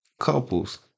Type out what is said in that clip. couples